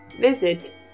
Visit